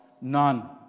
none